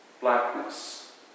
Blackness